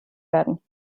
werden